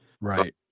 Right